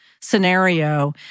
scenario